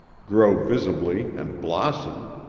grow visibly and blossom,